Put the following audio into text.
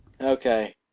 Okay